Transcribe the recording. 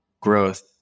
growth